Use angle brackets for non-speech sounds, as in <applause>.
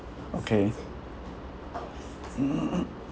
okay <noise>